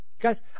Guys